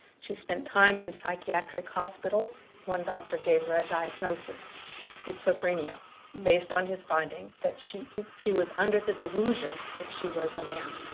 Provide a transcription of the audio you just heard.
she spent time in psychiatric hospitals. one doctor gave her a diagnosis schizophrenia based on his finding that she she was under the delusion that she was a man.